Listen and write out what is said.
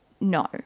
No